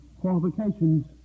qualifications